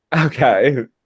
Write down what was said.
Okay